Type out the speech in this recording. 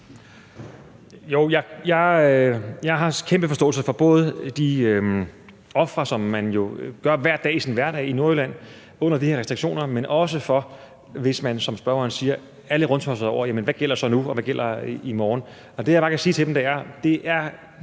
jeg har kæmpe forståelse for både de ofre, som man jo gør hver dag i sin hverdag i Nordjylland under de her restriktioner, men også for, at man, som spørgeren siger, er lidt rundtosset, i forhold til hvad der så gælder nu, og hvad der gælder i morgen. Og det, jeg bare kan sige til dem, er,